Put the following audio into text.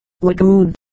lagoon